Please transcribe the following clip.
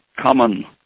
common